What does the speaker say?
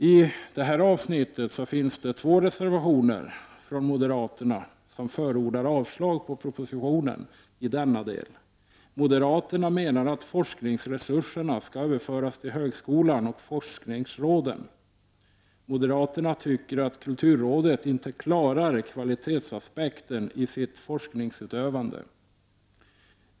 I detta avsnitt finns två reservationer från moderaterna som förordar avslag på propositionen i denna del. Moderaterna menar att forskningsresurserna skall överföras till högskolan och forskningsråden. Moderaterna tycker att kulturrådet inte klarar kvalitetsaspekten i sitt forskningsutövande.